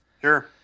Sure